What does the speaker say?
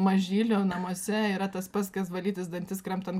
mažylių namuose yra tas pats kas valytis dantis kramtant